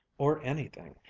or anything.